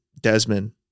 Desmond